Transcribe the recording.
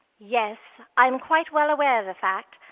yes, i am quite well aware of the fact.